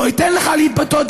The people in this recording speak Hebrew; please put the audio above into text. לא אתן לך להתבטא.